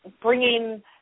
bringing